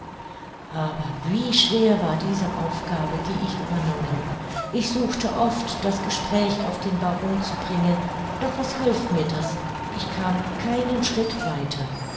aber wie schwer war diese aufgabe die ich übernommen ich suchte oft das gespräch auf den baron zu bringen doch was half mir das ich kam keinen schritt weiter